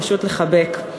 פשוט לחבק,